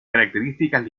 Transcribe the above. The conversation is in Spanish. características